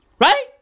Right